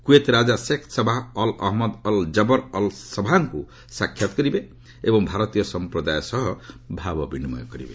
Kuwait ରାଜା Sheikh Sabah al Ahmad al Jaber al ସବାହ୍ଙ୍କୁ ସାକ୍ଷାତ୍ କରିବେ ଏବଂ ଭାରତୀୟ ସମ୍ପ୍ରଦାୟ ସହ ଭାବ ବିନିମୟ କରିବେ